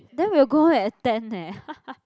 then we will go home at ten leh